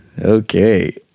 Okay